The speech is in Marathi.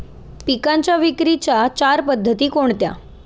पिकांच्या विक्रीच्या चार पद्धती कोणत्या?